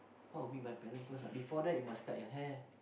how meet my parents first ah before that you must cut your hair